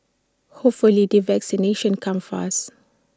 hopefully the vaccinations come fast